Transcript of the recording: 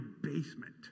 basement